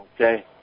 Okay